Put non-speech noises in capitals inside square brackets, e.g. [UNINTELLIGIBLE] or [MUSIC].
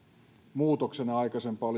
muutoksena aikaisempaan [UNINTELLIGIBLE]